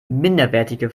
minderwertige